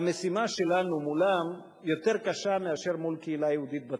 המשימה שלנו מולם קשה יותר מאשר מול קהילה יהודית בתפוצות,